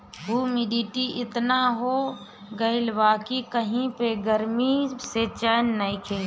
humidity एतना हो गइल बा कि कही पे गरमी से चैन नइखे